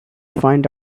find